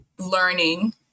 learning